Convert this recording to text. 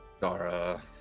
Dara